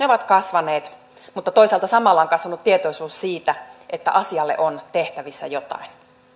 ovat kasvaneet mutta toisaalta samalla on kasvanut tietoisuus siitä että asialle on tehtävissä jotain